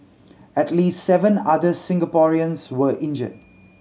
at least seven other Singaporeans were injured